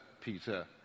Peter